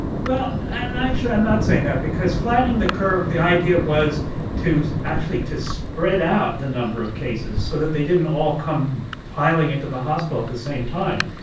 well, and actually, i'm not saying that because flattening the curve the idea was to actually to spread out the number of cases so that they didn't all come piling into the hospital at the same time,